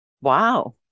Wow